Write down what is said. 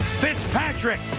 Fitzpatrick